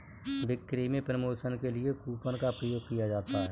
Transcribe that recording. बिक्री में प्रमोशन के लिए कूपन का प्रयोग किया जाता है